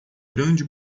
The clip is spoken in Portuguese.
grande